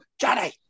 Johnny